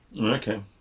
Okay